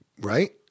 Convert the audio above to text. Right